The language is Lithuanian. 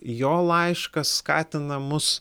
jo laiškas skatina mus